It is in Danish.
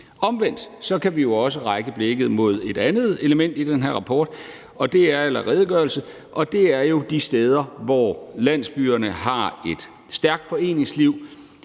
Omvendt kan vi også rette blikket mod et andet element i den her redegørelse, og det er jo de steder, hvor landsbyerne har et stærkt foreningsliv